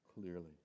clearly